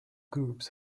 groups